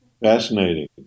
fascinating